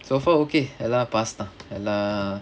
so far okay எல்லாம்:ellaam pass lah எல்லாம்:ellaam